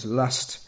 last